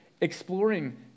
exploring